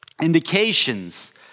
indications